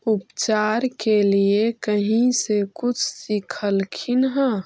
उपचार के लीये कहीं से कुछ सिखलखिन हा?